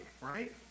right